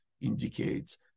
indicates